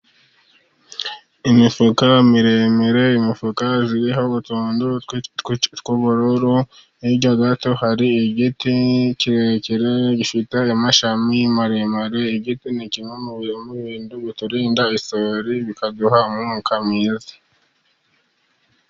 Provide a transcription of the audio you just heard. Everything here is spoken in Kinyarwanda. Imifuka miremire, imufuka iriho utuntu tw'ubururu, hirya gato hari igiti kirekire gifite amashami maremare. Igiti ni kimwe mu bintu biturinda isuri bikaduha n'umwuka mwiza.